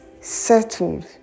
settled